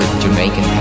Jamaican